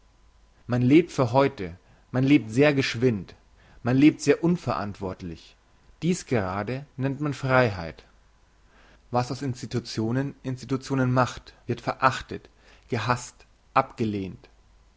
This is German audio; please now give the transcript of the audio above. man lebt für heute man lebt sehr geschwind man lebt sehr unverantwortlich dies gerade nennt man freiheit was aus institutionen institutionen macht wird verachtet gehasst abgelehnt